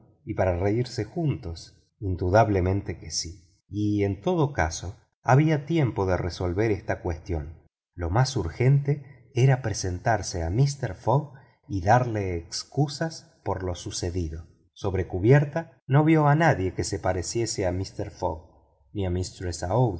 y para reírse juntos indudablemente que sí y en todo caso había tiempo de resolver esta cuestión lo mas urgente era presentarse a mister fogg y darle excusas por lo sucedido sobre cubierta no vio a nadie que se pareciese a mister fogg ni